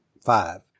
five